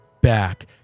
back